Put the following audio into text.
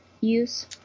use